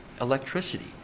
electricity